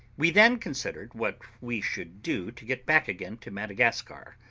we then considered what we should do to get back again to madagascar.